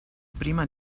prima